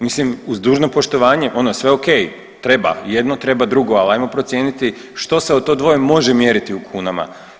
Mislim uz dužno poštovanje, ono sve ok, treba jedno, treba drugo, ali ajmo procijeniti što se od to dvoje može mjeriti u kunama.